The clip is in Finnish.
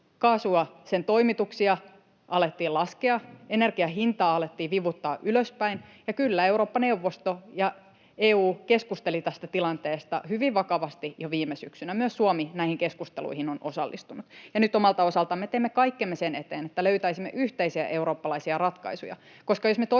Kaasun toimituksia alettiin laskea, energian hintaa alettiin vivuttaa ylöspäin, ja kyllä Eurooppa-neuvosto ja EU keskustelivat tästä tilanteesta hyvin vakavasti jo viime syksynä. Myös Suomi näihin keskusteluihin on osallistunut. Nyt omalta osaltamme teemme kaikkemme sen eteen, että löytäisimme yhteisiä eurooppalaisia ratkaisuja,